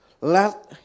let